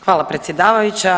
Hvala predsjedavajuća.